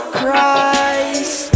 Christ